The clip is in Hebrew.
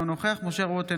אינו נוכח משה רוט,